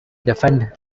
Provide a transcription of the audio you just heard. defend